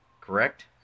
Correct